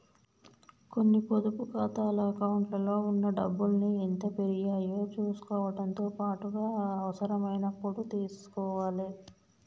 కొన్ని పొదుపు ఖాతాల అకౌంట్లలో ఉన్న డబ్బుల్ని ఎంత పెరిగాయో చుసుకోవడంతో పాటుగా అవసరమైనప్పుడు తీసుకోవాలే